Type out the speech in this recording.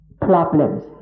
problems